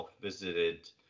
visited